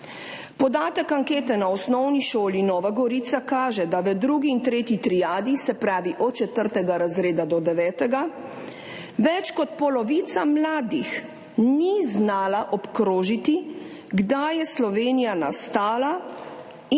Podatek ankete na Osnovni šoli Nova Gorica kaže, da v drugi in tretji triadi, se pravi od četrtega razreda do devetega, več kot polovica mladih ni znala obkrožiti, kdaj je Slovenija nastala in ali